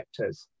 vectors